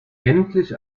endlich